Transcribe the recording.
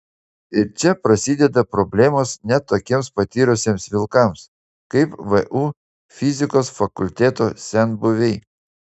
ir čia prasideda problemos net tokiems patyrusiems vilkams kaip vu fizikos fakulteto senbuviai